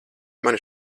mani